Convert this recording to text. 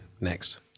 next